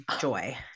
joy